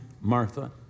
Martha